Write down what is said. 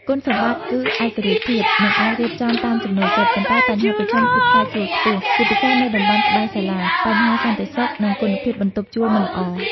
គុណសម្បត្តិគឺឯករាជ្យភាព និងអាចរៀបចំតាមចំណូលចិត្ត ប៉ុន្តែបញ្ហាប្រឈមគឺថ្លៃជួលខ្ពស់ ជាពិសេសនៅតំបន់ក្បែរសាលា បញ្ហាសន្តិសុខ និងគុណភាពបន្ទប់ជួលមិនល្អ។